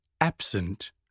absent